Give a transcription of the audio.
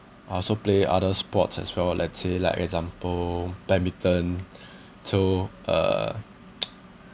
I also play other sports as well let's say like example badminton to uh